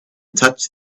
touch